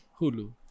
Hulu